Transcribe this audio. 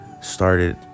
Started